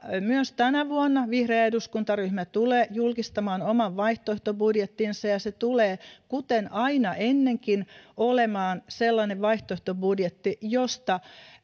myös tänä vuonna vihreä eduskuntaryhmä tulee julkistamaan oman vaihtoehtobudjettinsa ja se tulee kuten aina ennenkin olemaan sellainen vaihtoehtobudjetti josta